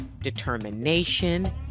determination